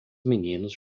meninos